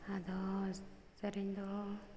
ᱟᱫᱚ ᱥᱮᱨᱮᱧ ᱫᱚ